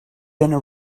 been